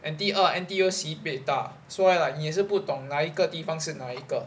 and 第二 N_T_U sibei 大 so 你也是不懂哪一个地方是哪一个